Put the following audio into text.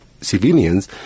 civilians